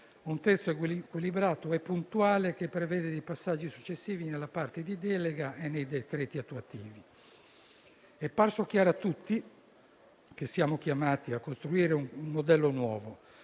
un testo equilibrato e puntuale che prevede passaggi successivi nella parte di delega e nei decreti attuativi. È parso chiaro a tutti che siamo chiamati a costruire un modello nuovo,